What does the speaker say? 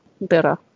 better